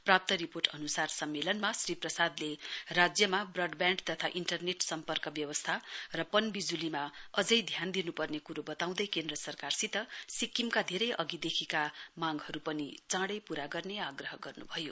प्राप्त रिर्पोट अनुसार सम्मेलनमा श्री प्रसाद्ले राज्यमा ब्रडब्याण्ड तथा इन्टरनेट सम्पर्क व्यवस्था र पन बिजुलीमा अझै ध्यान दिनुपर्ने कुरो बताउँदै केन्द्र सरकारसित सिक्किमका धेरै अघिदेखिका मागहरू पनि चाँडै पूरा गर्ने आग्रह गर्नुभयो